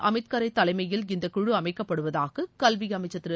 அமித் கரே தலைமையில் இந்தக் குழு அமைக்கப்படுவதாக கல்வி அமைச்சர் திரு